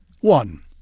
One